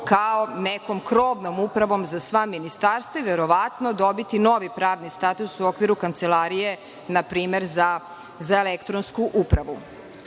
kao nekom krovnom upravom za sva ministarstva, verovatno dobiti novi pravni status u okviru kancelarije, na primer, za elektronsku upravu. To